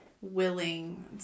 willing